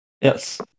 Yes